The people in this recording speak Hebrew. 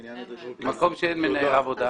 ובמקום שאין מנהל עבודה?